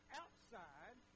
outside